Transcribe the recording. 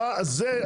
זה,